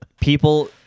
people